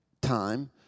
time